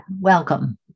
welcome